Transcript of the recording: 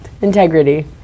Integrity